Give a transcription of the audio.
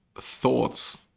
thoughts